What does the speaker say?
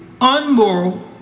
unmoral